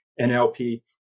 NLP